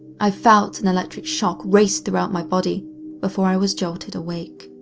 i felt an electric shock race throughout my body before i was jolted awake.